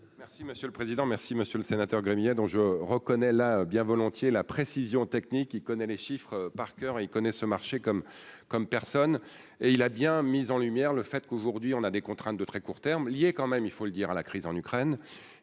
Merci monsieur le président merci, Monsieur le Sénateur Gremillet, dont je reconnais là bien volontiers la précision technique, il connaît les chiffres par coeur et il connaît ce marché comme comme personne, et il a bien mis en lumière le fait qu'aujourd'hui on a des contraintes de très court terme lié quand même il faut le dire à la crise en Ukraine